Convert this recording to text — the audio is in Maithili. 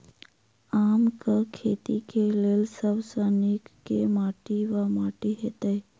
आमक खेती केँ लेल सब सऽ नीक केँ माटि वा माटि हेतै?